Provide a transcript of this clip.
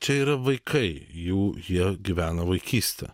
čia yra vaikai jų jie gyvena vaikystę